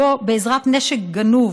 שבו בעזרת נשק גנוב